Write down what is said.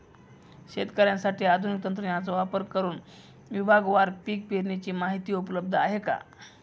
शेतकऱ्यांसाठी आधुनिक तंत्रज्ञानाचा वापर करुन विभागवार पीक पेरणीची माहिती उपलब्ध आहे का?